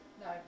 No